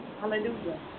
Hallelujah